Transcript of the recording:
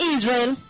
Israel